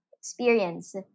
experience